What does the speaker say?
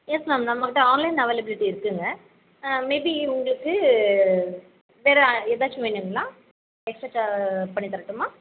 S ma'am நம்மக்கிட்ட online availability இருக்குதுங்க ஆ மே பி உங்களுக்கு வேறு ஏதாச்சும் வேணுங்களா எக்ஸட்ரா பண்ணித்தரட்டுமா